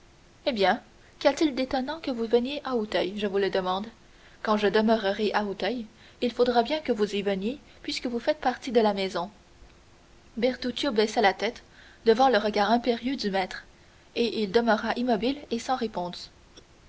eh bien qu'y a-t-il d'étonnant que vous veniez à auteuil je vous le demande quand je demeurerai à auteuil il faudra bien que vous y veniez puisque vous faites partie de la maison bertuccio baissa la tête devant le regard impérieux du maître et il demeura immobile et sans réponse